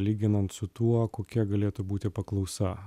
lyginant su tuo kokia galėtų būti paklausa